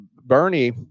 Bernie